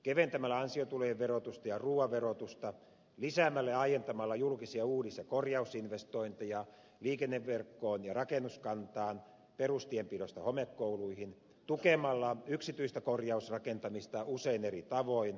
keventämällä ansiotulojen verotusta ja ruuan verotusta lisäämällä ja aientamalla julkisia uudis ja korjausinvestointeja liikenneverkkoon ja rakennuskantaan perustienpidosta homekouluihin tukemalla yksityistä korjausrakentamista usein eri tavoin